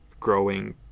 Growing